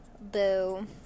boo